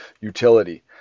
utility